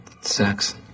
sex